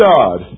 God